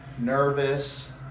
Nervous